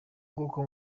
nguko